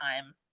time